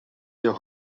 your